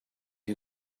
you